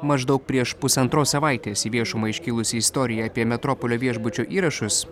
maždaug prieš pusantros savaitės į viešumą iškilusi istorija apie metropolio viešbučio įrašus